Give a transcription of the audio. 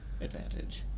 advantage